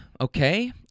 okay